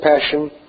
passion